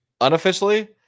Unofficially